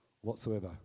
whatsoever